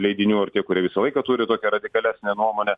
leidinių ir tie kurie visą laiką turi tokią radikalesnę nuomonę